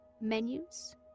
menus